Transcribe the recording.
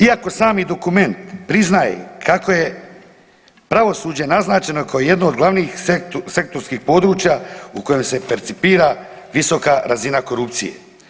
Iako sami dokument priznaje kako je pravosuđe naznačeno kao jedno od glavnih sektorskih područja u kojem se percipira visoka razina korupcije.